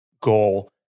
goal